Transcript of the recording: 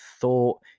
thought